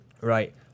Right